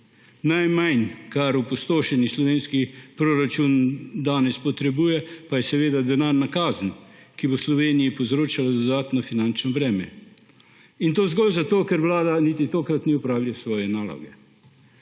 Najmanj, kar upostošen slovenski proračun danes potrebuje, pa je seveda denarna kazen, ki bo Sloveniji povzročala dodatno finančno breme, in to zgolj zato, ker Vlada niti tokrat ni opravila svoje naloge.